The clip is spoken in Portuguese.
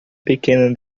pequena